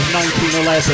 1911